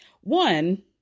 one